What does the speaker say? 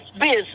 business